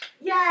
yay